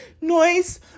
noise